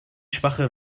schwache